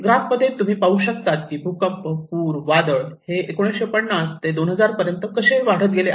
graph मध्ये तुम्ही पाहु शकता की भूकंप पूर वादळ हे 1950 ते 2000 पर्यंत कसे वाढत गेले आहे